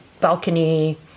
balcony